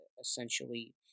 essentially